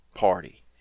party